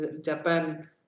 Japan